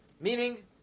Meaning